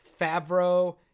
Favreau